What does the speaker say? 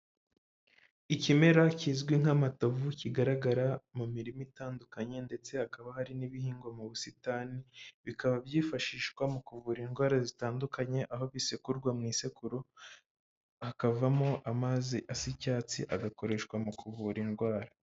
Ikimera kizwi nk'amatovu kigaragara mu mirima itandukanye ndetse hakaba hari n'ibihingwa mu busitani, bikaba byifashishwa mu kuvura indwara zitandukanye, aho bisekurwa mu isekuru hakavamo amazi asa icyatsi agakoreshwa mu kuvura indwara.